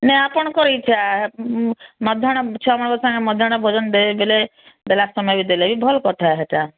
ନାଇଁ ଆପଣଙ୍କର ଇଚ୍ଛା ମଧ୍ୟାନ୍ନ ଛୁଆ ମାନଙ୍କ ସାଙ୍ଗେ ମଧ୍ୟାନ୍ନ ଭୋଜନ ଦେବେ ବୋଲେ ଦେଲା ସମୟ ଦେଲେ ଭଲ କଥା ସେଟା